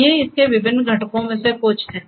तो ये इसके विभिन्न घटकों में से कुछ हैं